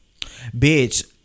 bitch